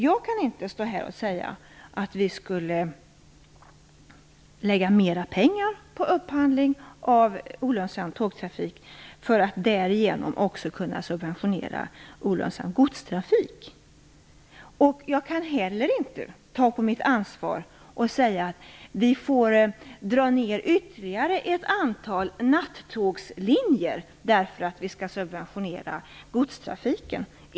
Jag kan inte stå här och säga att vi skall lägga mera pengar på upphandling av olönsam tågtrafik för att därigenom kunna subventionera olönsam godstrafik. Jag kan inte heller ta på mitt ansvar att säga att vi får dra ner ytterligare ett antal nattågslinjer därför att vi skall subventionera godstrafiken.